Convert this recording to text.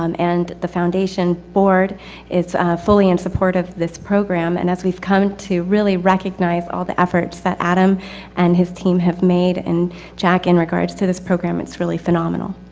um and the foundation board is ah fully in support of this program. and as we've come to really recognize all the efforts that adam and his team have made and jack in regards to this program, it's really phenomenal.